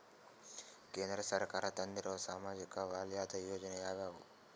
ಕೇಂದ್ರ ಸರ್ಕಾರ ತಂದಿರುವ ಸಾಮಾಜಿಕ ವಲಯದ ಯೋಜನೆ ಯಾವ್ಯಾವು?